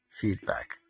feedback